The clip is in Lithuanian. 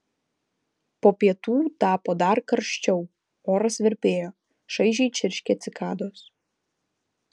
po pietų tapo dar karščiau oras virpėjo šaižiai čirškė cikados